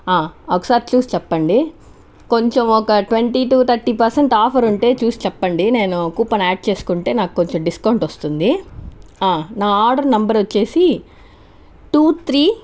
ఒకసారి చూసి చెప్పండి కొంచెం ఒక twenty to thirty percent offer ఉంటే చూసి చెప్పండి నేను కూపన్ యాడ్ చేస్కుంటే నాకు కొంచం డిస్కౌంట్ వస్తుంది నా ఆర్డర్ నంబర్ వచ్చేసి టూ త్రీ